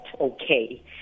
okay